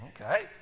okay